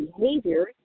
behaviors